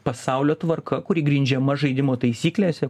pasaulio tvarka kuri grindžiama žaidimo taisyklėse